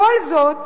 כל זאת